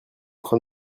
train